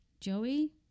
Joey